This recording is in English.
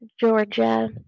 georgia